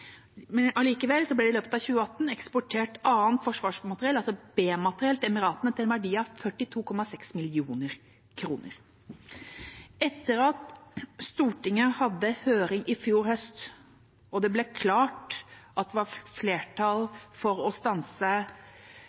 men allikevel ble det i løpet av 2018 eksportert annet forsvarsmateriell, altså B-materiell, til Emiratene til en verdi av 42,6 mill. kr. Etter at Stortinget hadde høring i fjor høst, og det ble klart at det var flertall for å stanse